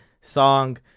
song